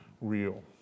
Real